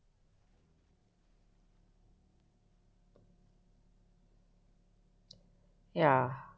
ya